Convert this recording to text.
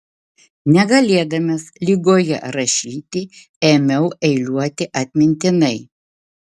negalėdamas ligoje rašyti ėmiau eiliuoti atmintinai